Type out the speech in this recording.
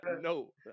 No